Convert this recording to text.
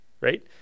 Right